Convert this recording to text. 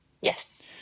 Yes